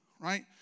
right